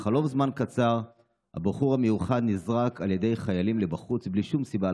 ובחלוף זמן קצר הבחור המיוחד נזרק על ידי החיילים החוצה בלי שום סיבה,